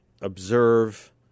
observe